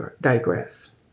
digress